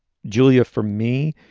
julia, for me,